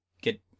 get